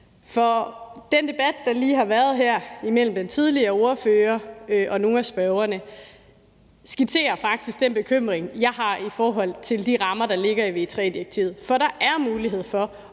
Den debat, der lige har været her, mellem den tidligere ordfører og nogle af spørgerne, skitserer faktisk den bekymring, jeg har i forhold til de rammer, der ligger i VE III-direktivet, for der er mulighed for